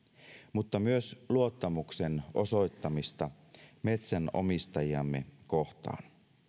mutta myös luottamuksen osoittamista metsänomistajiamme kohtaan